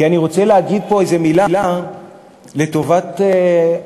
כי אני רוצה להגיד פה איזה מילה לטובת היזמים.